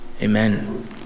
Amen